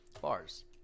bars